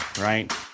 right